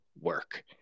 work